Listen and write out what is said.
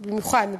במיוחד,